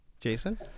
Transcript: Jason